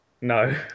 No